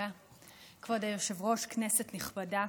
כבוד היושב-ראש, כנסת נכבדה,